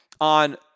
on